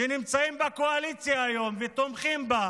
שנמצאים היום בקואליציה ותומכים בה,